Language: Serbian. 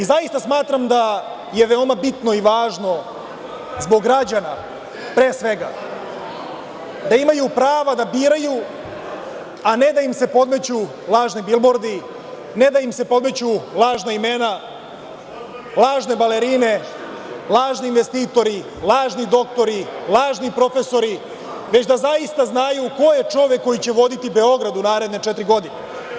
Zaista smatram da je veoma bitno i važno zbog građana, pre svega, da imaju prava da biraju, a ne da im se podmeću lažni bilbordi, ne da im se podmeću lažna imena, lažne balerine, lažni investitori, lažni doktori, lažni profesori, već da zaista znaju ko je čovek koji će voditi Beograd u naredne četiri godine.